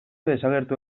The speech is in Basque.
desagertu